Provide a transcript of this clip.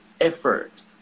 effort